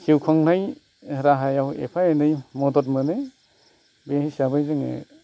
जिउ खांनाय राहायाव एबा एनै मदद मोनो बे हिसाबै जोङो